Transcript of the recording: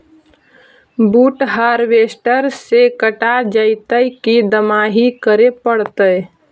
बुट हारबेसटर से कटा जितै कि दमाहि करे पडतै?